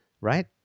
right